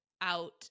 out